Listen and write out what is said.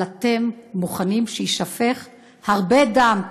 אבל אתם מוכנים שיישפך הרבה דם,